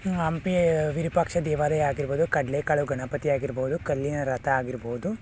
ಹಂಪಿ ವಿರೂಪಾಕ್ಷ ದೇವಾಲಯ ಆಗಿರ್ಬೋದು ಕಡಲೇಕಾಳು ಗಣಪತಿ ಆಗಿರ್ಬೋದು ಕಲ್ಲಿನ ರಥ ಆಗಿರ್ಬೋದು